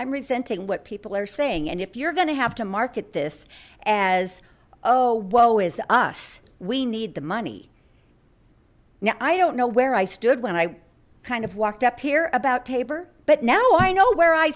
i'm resenting what people are saying and if you're going to have to market this as oh well as us we need the money now i don't know where i stood when i kind of walked up here about tabor but now i know where i